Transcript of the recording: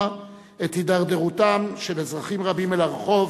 את הידרדרותם של אזרחים רבים אל הרחוב,